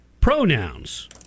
pronouns